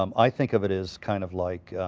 um i think of it as kind of like